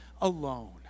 alone